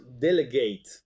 delegate